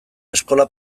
eskola